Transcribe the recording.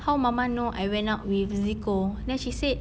how mama know I went out with zeko then she said